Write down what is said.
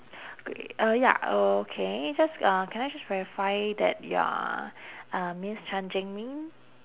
great uh ya uh okay just uh can I just verify that you are uh ms tan jin min